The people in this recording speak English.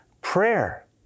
prayer